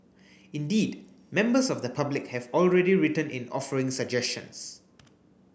indeed members of the public have already written in offering suggestions